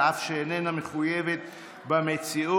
אף שאיננה מחויבת בכך.